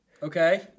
Okay